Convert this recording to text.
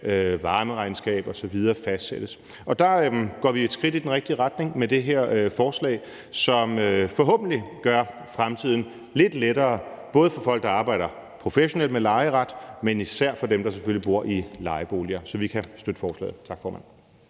varmeregnskabet fastsættes osv. Der går vi et skridt i den rigtige retning med det her forslag, som forhåbentlig gør fremtiden lidt lettere, både for folk, der arbejder professionelt med lejeret, men selvfølgelig især for dem, der bor i lejeboliger. Så vi kan støtte forslaget. Tak, formand.